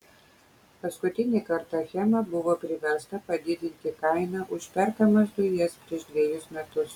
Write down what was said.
paskutinį kartą achema buvo priversta padidinti kainą už perkamas dujas prieš dvejus metus